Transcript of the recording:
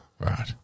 right